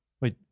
wait